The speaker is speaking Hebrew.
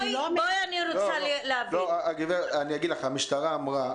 אני רוצה להבין --- בואי נדייק.